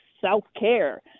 self-care